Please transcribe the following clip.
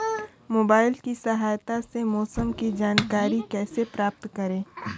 Mobile की सहायता से मौसम की जानकारी कैसे प्राप्त करें?